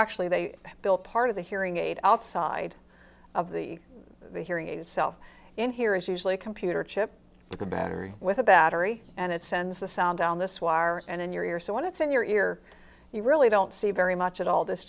actually they built part of the hearing aid outside of the the hearing aids cell in here is usually a computer chip a battery with a battery and it sends the sound on this wire and in your ear so when it's in your ear you really don't see very much at all this